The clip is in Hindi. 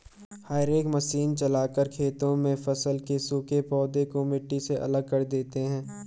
हेई रेक मशीन चलाकर खेतों में फसल के सूखे पौधे को मिट्टी से अलग कर देते हैं